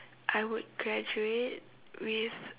I would graduate with